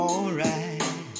Alright